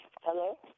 Hello